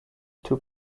into